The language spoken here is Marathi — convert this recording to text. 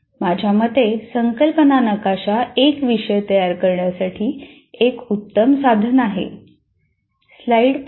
माझ्या मते संकल्पना नकाशा एक विषय तयार करण्यासाठी एक उत्तम साधन आहे